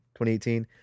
2018